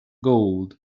gold